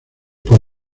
por